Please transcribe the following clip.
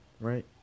Right